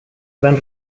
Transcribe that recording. gran